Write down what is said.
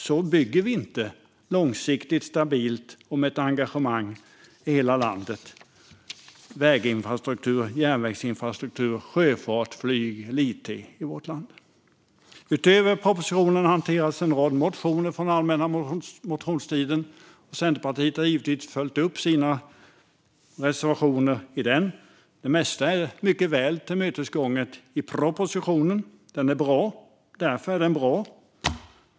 Så bygger vi inte - långsiktigt, stabilt och med ett engagemang i hela landet - väginfrastruktur, järnvägsinfrastruktur, sjöfart, flyg eller it i vårt land. Utöver propositionen hanteras en rad motioner från allmänna motionstiden. Centerpartiet har givetvis följt upp sina reservationer i den. Det mesta är mycket väl tillmötesgånget i propositionen. Därför är den bra.